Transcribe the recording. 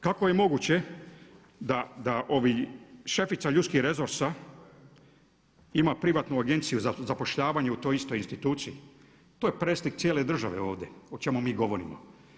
Kako je moguće da šefica ljudskih resursa ima privatnu agenciju za zapošljavanje u toj istoj instituciji, to je preslika cijele države ovdje o čemu mi govorimo.